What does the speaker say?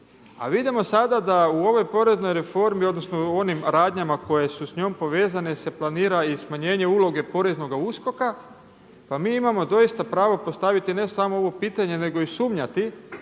a vidimo sada da u ovoj poreznoj reformi odnosno u onim radnjama koje su s njom povezane se planira i smanjenje uloge poreznoga USKOK-a pa mi imamo doista pravo postaviti ne samo ovo pitanje nego i sumnjati